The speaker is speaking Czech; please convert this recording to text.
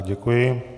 Děkuji.